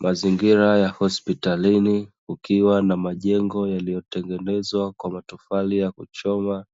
Mazingira ya hospitalini ukiwa na majengo yaliyotengenezwa kwa matofali ya kuchoma